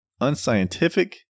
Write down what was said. unscientific